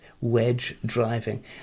wedge-driving